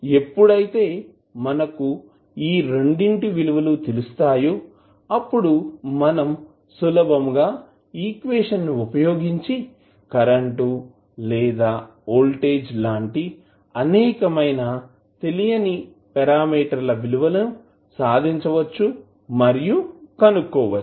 ఎప్పుడైతే మనకు ఈ రెండిటి విలువలుతెలుస్తాయో అప్పుడు మనం సులభంగా ఈక్వేషన్ వుపయోగించి కరెంటు లేదా వోల్టేజ్ లాంటి అనేకమైన తెలియని పారామీటర్ల విలువలను సాధించవచ్చు మరియు కనుక్కోవచ్చు